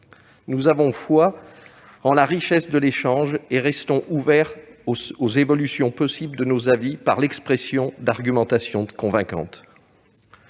Nous avons foi en la richesse de l'échange, et nous restons ouverts aux évolutions possibles de nos avis par l'expression d'argumentations convaincantes.